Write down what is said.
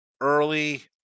early